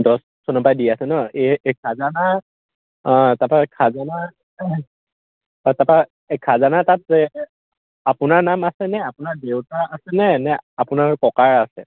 দছ চনৰ পৰাই দি আছে নহ্ এই এ খাজানা অঁ তাৰপৰা খাজানা তাৰপৰা এই খাজানা তাত আপোনাৰ নাম আছেনে আপোনাৰ দেউতা আছেনে নে আপোনাৰ ককাৰ আছে